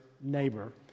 neighbor